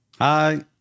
Hi